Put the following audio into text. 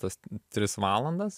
tas tris valandas